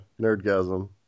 nerdgasm